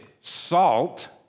salt